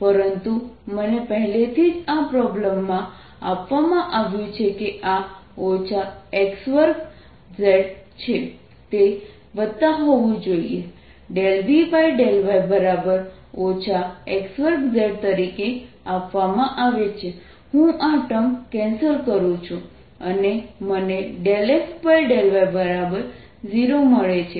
પરંતુ મને પહેલેથી જ આ પ્રોબ્લેમમાં આપવામાં આવ્યું છે કે આ x2z છે તે વત્તા હોવું જોઈએ ∂V∂y x2z તરીકે આપવામાં આવે છે હું આ ટર્મ કેન્સલ કરું છું અને મને ∂f∂y0 મળે છે